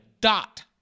dot